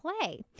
Play